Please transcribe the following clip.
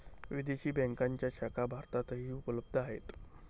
विदेशी बँकांच्या शाखा भारतातही उपलब्ध आहेत